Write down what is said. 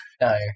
No